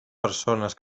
persones